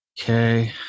okay